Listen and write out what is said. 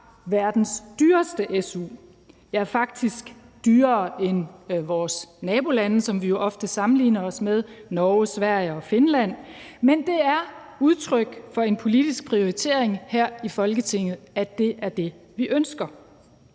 verdens dyreste su, ja, faktisk dyrere end vores nabolande, som vi jo ofte sammenligner os med – Norge, Sverige og Finland – men det er udtryk for en politisk prioritering her i Folketinget, altså at det er det, vi ønsker.